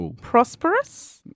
Prosperous